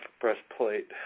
breastplate